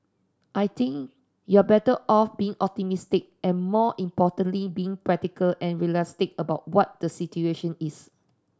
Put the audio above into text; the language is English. I think you're better off being optimistic and more importantly being practical and realistic about what the situation is